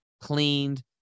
cleaned